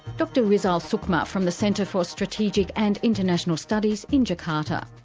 dr rizal sukma from the centre for strategic and international studies in jakarta.